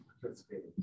participating